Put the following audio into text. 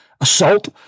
assault